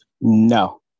No